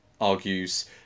argues